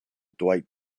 dwight